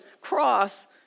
cross